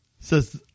Says